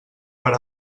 per